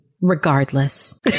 regardless